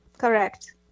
Correct